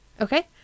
Okay